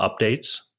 updates